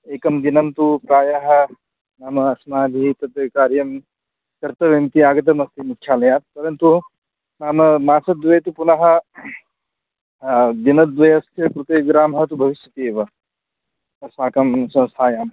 एकं दिनन्तु प्रायः नाम अस्माभिः तत्र कार्यं कर्तव्यमिति आगतमस्ति मुख्यालयात् परन्तु नाम मासद्वये तु पुनः दिनद्वयस्य कृते विरामः तु भविष्यति एव अस्माकं संस्थायां